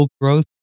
growth